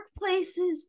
workplaces